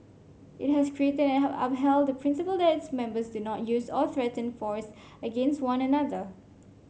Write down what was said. it has created and up upheld the principle that its members do not use or threaten force against one another